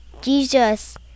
Jesus